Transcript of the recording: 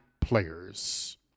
players